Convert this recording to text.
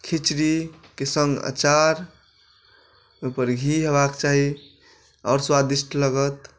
खिचड़ीके सङ्ग अँचार ओहिपर घी हेबाक चाही आओर स्वादिष्ट लागत